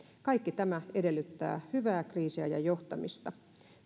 kaikki tämä edellyttää hyvää kriisiajan johtamista